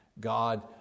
God